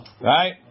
Right